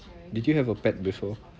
did you have a pet before